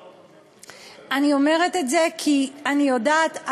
אני אומרת את זה כי אני יודעת,